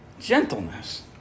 gentleness